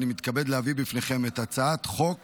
אני מתכבד להביא בפניכם את הצעת חוק